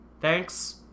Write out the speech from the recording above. Thanks